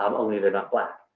um only they're not black,